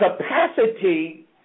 capacity